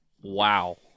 Wow